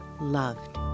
loved